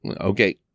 Okay